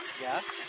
Yes